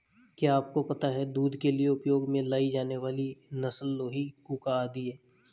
क्या आपको पता है दूध के लिए उपयोग में लाई जाने वाली नस्ल लोही, कूका आदि है?